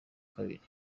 kabiri